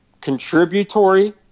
contributory